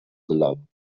gelangen